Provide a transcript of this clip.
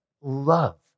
Love